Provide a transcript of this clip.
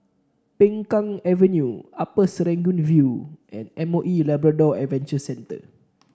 Peng Kang Avenue Upper Serangoon View and M O E Labrador Adventure Centre